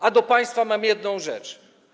A do państwa mam jedną rzecz.